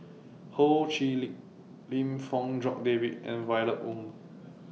Ho Chee Lick Lim Fong Jock David and Violet Oon